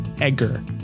Edgar